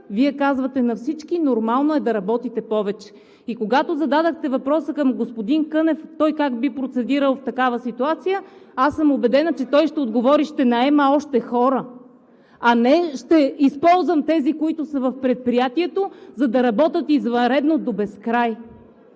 Вие казвате на всички: нормално е да работите повече. Когато зададохте въпроса си към господин Кънев как би процедирал в такава ситуация, аз съм убедена, че той ще Ви отговори: ще наема още хора, а не: ще използвам тези, които са в предприятието, за да работят извънредно до безкрай.